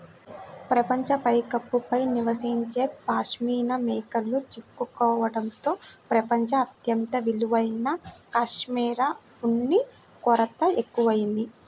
ప్రపంచ పైకప్పు పై నివసించే పాష్మినా మేకలు చిక్కుకోవడంతో ప్రపంచం అత్యంత విలువైన కష్మెరె ఉన్ని కొరత ఎక్కువయింది